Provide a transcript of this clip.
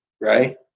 right